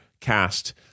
cast